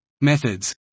Methods